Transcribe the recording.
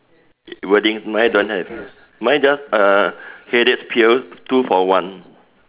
wordings mine don't have mine just uh headache pills two for one